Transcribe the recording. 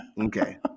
Okay